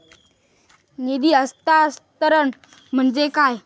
निधी हस्तांतरण म्हणजे काय?